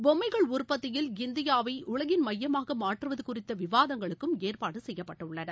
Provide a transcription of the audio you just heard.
பொம்மைகள் உற்பத்தியில் இந்தியாவை உலகின் மையமாக மாற்றுவது குறித்த விவாதங்களுக்கும் ஏற்பாடு செய்யப்பட்டுள்ளன